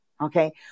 Okay